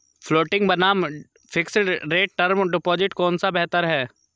Floating बनाम fixed rate term deposit कौन सा बेहतर है?